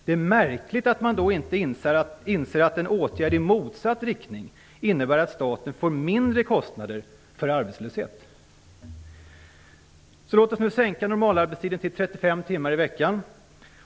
Det är märkligt att man då inte inser att en åtgärd i motsatt riktning innebär att staten får mindre kostnader för arbetslösheten. Låt oss sänka normalarbetstiden till 35 timmar i veckan.